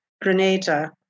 Grenada